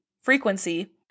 frequency